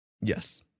Yes